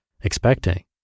expecting